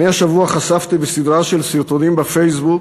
השבוע חשפתי בסדרה של סרטונים בפייסבוק